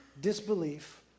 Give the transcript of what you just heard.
disbelief